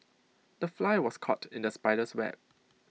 the fly was caught in the spider's web